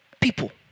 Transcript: people